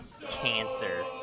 cancer